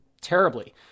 terribly